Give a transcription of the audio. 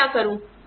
मैं क्या करूँ